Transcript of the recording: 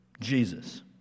Jesus